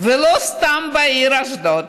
ולא סתם בעיר אשדוד.